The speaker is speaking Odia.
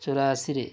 ଚୌରାଅଶୀରେ